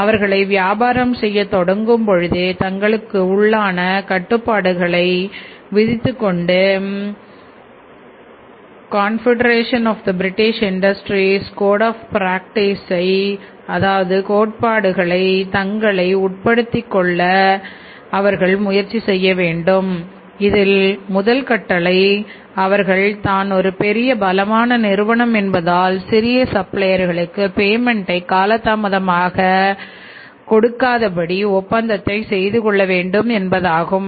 அவர்களை வியாபாரம் செய்ய தொடங்கும் பொழுதே தங்களுக்கு உள்ளான கட்டுப்பாடுகளை விதித்துக்கொண்டு கன்பெடரேஷன் ஆஃ தே பிரிட்டிஷ் இண்டஸ்ட்ரினுடைய காலதாமதம் ஆகாதபடி ஒப்பந்தத்தை செய்து கொள்வதாகும்